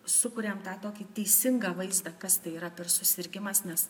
sukuriam tą tokį teisingą vaizdą kas tai yra per susirgimas nes